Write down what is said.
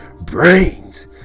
Brains